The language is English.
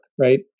right